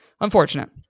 unfortunate